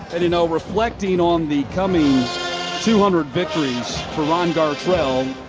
and you know, reflecting on the coming two hundred victories for ron gartrell,